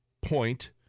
point